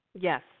yes